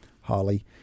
Holly